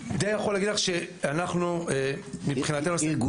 אני די יכול להגיד לך שאנחנו מבחינתנו עושים את כל מה שנדרש --- אירגוני